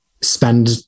spend